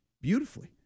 beautifully